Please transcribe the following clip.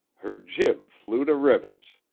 her jib flew to ribbons.